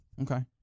Okay